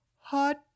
Hot